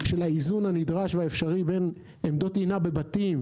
של האיזון הנדרש והאפשרי בין עמדות טעינה בבתים,